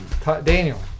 Daniel